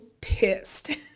pissed